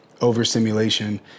overstimulation